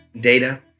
data